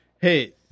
Hey